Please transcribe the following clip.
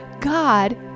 God